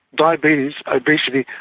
diabetes, obesity,